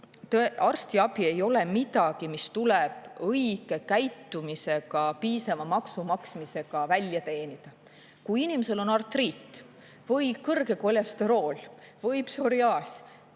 Arstiabi ei ole midagi, mis tuleb õige käitumisega, piisava maksumaksmisega välja teenida. Kui inimesel on artriit või kõrge kolesterool või psoriaas,